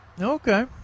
Okay